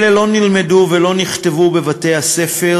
אלה לא נלמדו ולא נכתבו בבתי-הספר,